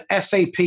SAP